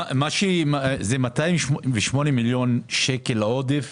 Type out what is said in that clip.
זה 288 מיליון שקל עודף